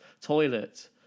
toilet